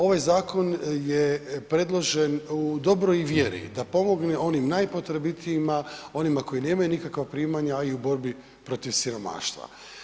Ovaj zakon je predložen u dobroj vjeri da pomogne onim najpotrebitijima, onima koji nemaju nikakva primanja, a i u borbi protiv siromaštva.